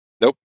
Nope